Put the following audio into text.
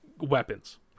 weapons